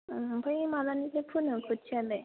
ओ ओमफ्राय माब्लानिफ्राय फोनो खोथियायालाय